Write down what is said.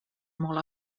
molt